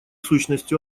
сущности